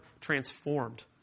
transformed